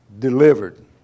Delivered